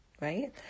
Right